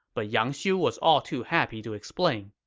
but yang xiu was all too happy to explain